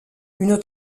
une